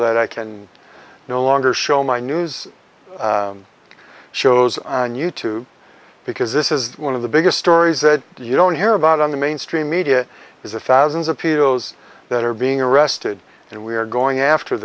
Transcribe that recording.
that i can no longer show my news shows on you tube because this is one of the biggest stories that you don't hear about on the mainstream media is a thousands of paedos that are being arrested and we are going after